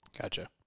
Gotcha